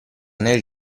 nel